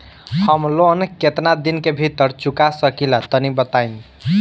हम लोन केतना दिन के भीतर चुका सकिला तनि बताईं?